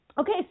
Okay